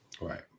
Right